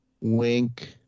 wink